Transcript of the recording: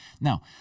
Now